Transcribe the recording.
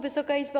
Wysoka Izbo!